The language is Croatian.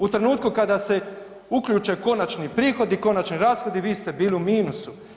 U trenutku kada se uključen konačni prihodi, konačni rashodi, vi ste bili u minusu.